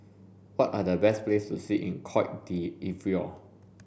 what are the best places to see in Cote d'Ivoire